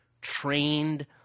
trained